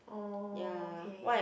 oh okay